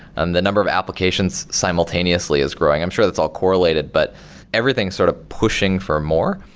um the number of applications simultaneously is growing. i'm sure that's all correlated, but everything's sort of pushing for more,